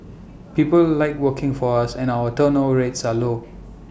people like working for us and our turnover rates are low